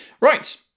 Right